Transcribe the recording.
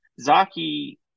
Zaki